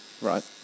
Right